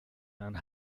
and